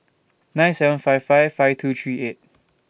nine seven five five five two three eight